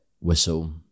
whistle